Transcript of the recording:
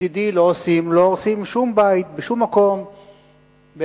לא הורסים שום בית בשום מקום בארץ-ישראל,